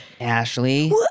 Ashley